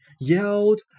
yelled